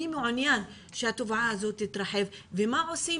מי מעוניין שהתופעה הזו תתרחב ומה עושים